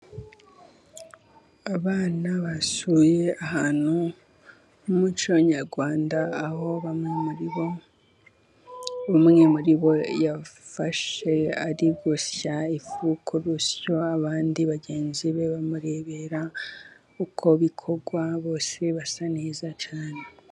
Abana basuye ahantu h'umuco nyarwanda, aho bamwe muri bo, umwe muri bo yafashe ari gusya ifu ku rusyo, abandi bagenzi be bamurebera uko bikorwa, bose basa neza cyane.